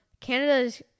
Canada's